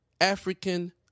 African